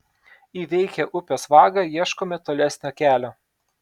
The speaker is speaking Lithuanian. įveikę upės vagą ieškome tolesnio kelio